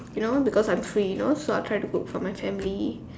you know because I'm free you know so I'll try to cook for my family